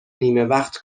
نیمهوقت